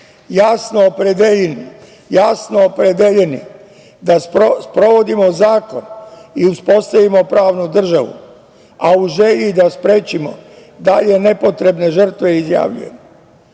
jasno opredeljeni da sprovodimo zakon i uspostavimo pravnu državu, a u želji da sprečimo dalje nepotrebne žrtve, izjavljujem,